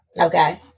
Okay